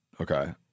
Okay